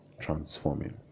transforming